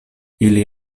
ili